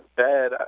bad